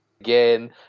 again